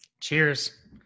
Cheers